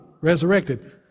resurrected